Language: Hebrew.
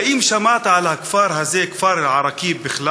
האם שמעת על הכפר הזה, כפר אל-עראקיב, בכלל?